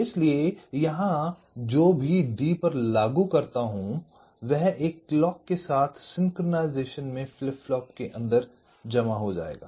इसलिए यहां मैं जो भी D पर लागू करता हूं वह एक क्लॉक के साथ सिंक्रनाइज़ेशन में फ्लिप फ्लॉप के अंदर जमा हो जाएगा